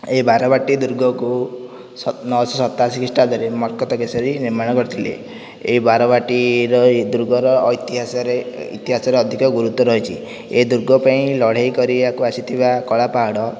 ଏହି ବାରବାଟୀ ଦୁର୍ଗକୁ ନଅଶହ ସତାଅଶୀ ଖ୍ରୀଷ୍ଟାଦ୍ଧରେ ମର୍କତ କେଶରୀ ନିର୍ମାଣ କରିଥିଲେ ଏହି ବାରବାଟୀର ଏହି ଦୁର୍ଗର ଐତିହାସରେ ଇତିହାସରେ ଅଧିକ ଗୁରୁତ୍ୱ ରହିଛି ଏହି ଦୁର୍ଗ ପାଇଁ ଲଢ଼େଇ କରିବାକୁ ଆସିଥିବା କଳାପାହାଡ଼